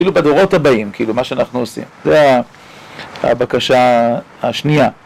כאילו, בדורות הבאים, כאילו, מה שאנחנו עושים. זה ה... הבקשה השנייה.